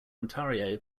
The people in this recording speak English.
ontario